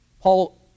Paul